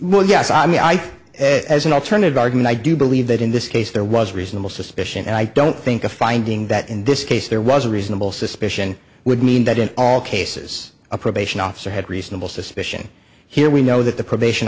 is yes i mean i think as an alternative argument i do believe that in this case there was reasonable suspicion and i don't think a finding that in this case there was a reasonable suspicion would mean that in all cases a probation officer had reasonable suspicion here we know that the probation